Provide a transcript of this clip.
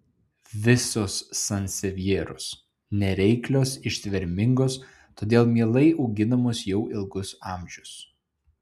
visos sansevjeros nereiklios ištvermingos todėl mielai auginamos jau ilgus amžius